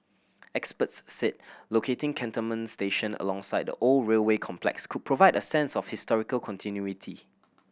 experts said locating Cantonment station alongside the old railway complex could provide a sense of historical continuity